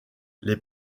les